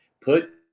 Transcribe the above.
put